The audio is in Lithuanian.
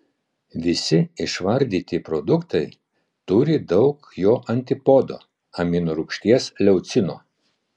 visi išvardyti produktai turi daug jo antipodo aminorūgšties leucino